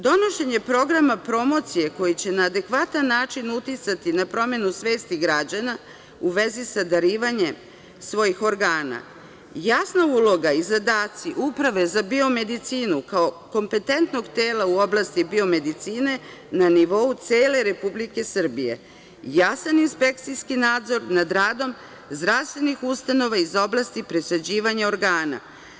Donošenje programa promocije koja će na adekvatan način uticati na promenu svesti građana u vezi sa darivanjem svojih organa, jasna uloga i zadaci uprave za biomedicinu, kao kompetentnog tela u oblasti biomedicine, na nivou cele Republike Srbije, jasan inspekcijski nadzor nad radom zdravstvenih ustanova iz oblasti presađivanja organa.